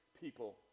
people